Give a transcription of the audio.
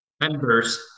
members